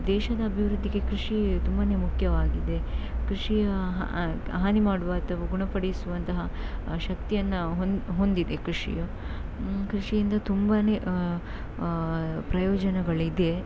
ದೇಶದ ಅಭಿವೃದ್ಧಿಗೆ ಕೃಷಿ ತುಂಬಾ ಮುಖ್ಯವಾಗಿದೆ ಕೃಷಿಯ ಹಾನಿ ಮಾಡುವ ಅಥವಾ ಗುಣಪಡಿಸುವಂತಹ ಶಕ್ತಿಯನ್ನು ಹೊಂದು ಹೊಂದಿದೆ ಕೃಷಿಯು ಕೃಷಿಯಿಂದ ತುಂಬಾ ಪ್ರಯೋಜನಗಳಿದೆ